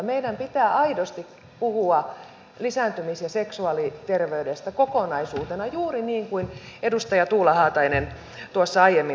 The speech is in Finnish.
meidän pitää aidosti puhua lisääntymis ja seksuaaliterveydestä kokonaisuutena juuri niin kuin edustaja tuula haatainen tuossa aiemmin totesi